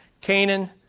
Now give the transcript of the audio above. Canaan